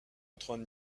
antoine